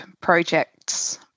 projects